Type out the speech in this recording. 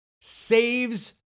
saves